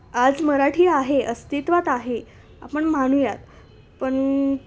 आज मराठी आहे अस्तित्वात आहे आपण मानूयात पण